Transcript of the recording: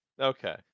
Okay